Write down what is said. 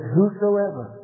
Whosoever